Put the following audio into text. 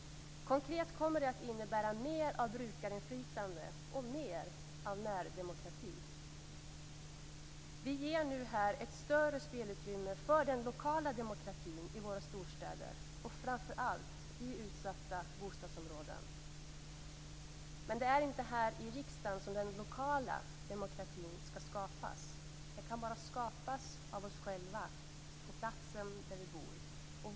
Konkret kommer det att innebära mer av brukarinflytande och mer av närdemokrati. Vi ger nu här ett större spelutrymme för den lokala demokratin i våra storstäder, och framför allt i utsatta bostadsområden. Men det är inte här i riksdagen som den lokala demokratin skall skapas. Den kan bara skapas av oss själva på platsen där vi bor.